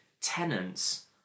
tenants